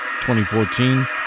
2014